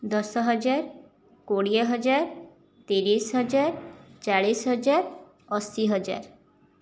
ଦଶହଜାର କୋଡ଼ିଏହଜାର ତିରିଶହଜାର ଚାଳିଶହଜାର ଅଶିହଜାର